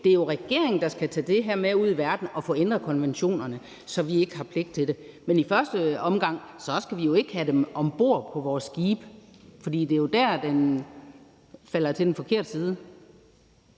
Det er jo regeringen, der skal tage det her med ud i verden og få ændret konventionerne, så vi ikke har pligt til det. Men i første omgang skal vi ikke have dem om bord på vores skibe, for det er jo dér, den tipper over til den forkerte side.